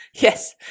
Yes